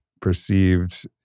perceived